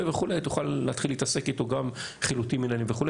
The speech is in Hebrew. תוכל להתחיל להתעסק איתו גם חילוטים מנהליים וכו'.